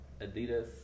adidas